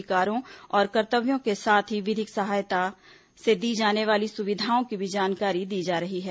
अधिकारों और कर्तव्यों के साथ ही विधिक सहायता से दी जाने वाली सुविधाओं की भी जानकारी दी जा रही है